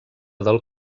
del